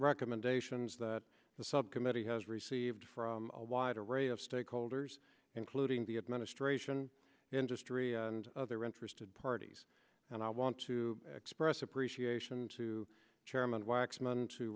recommendations that the subcommittee has received from a wide array of stakeholders including the administration industry and other interested parties and i want to express appreciation to